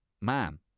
man